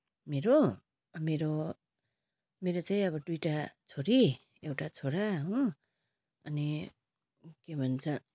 मेरो मेरो मेरो चाहिँ अब दुईवटा छोरी एउटा छोरा हो अनि के भन्छ